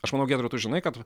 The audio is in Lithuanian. aš manau giedriau tu žinai kad